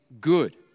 good